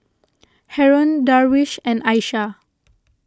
Haron Darwish and Aisyah